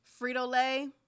Frito-Lay